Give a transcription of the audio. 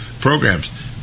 programs